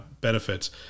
benefits